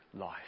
life